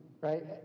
right